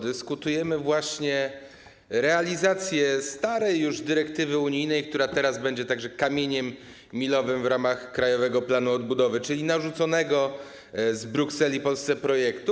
Dyskutujemy właśnie nad realizacją starej już dyrektywy unijnej, która teraz będzie także kamieniem milowym w ramach Krajowego Planu Odbudowy, czyli narzuconego w Brukseli Polsce projektu.